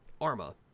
Arma